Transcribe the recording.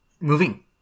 moving